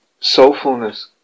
Soulfulness